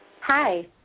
hi